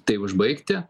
tai užbaigti